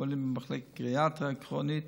חולים במחלקות לגריאטריה כרונית